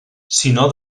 sinó